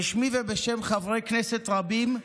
בשמי ובשם חברי כנסת רבים,